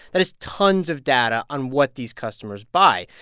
that is tons of data on what these customers buy.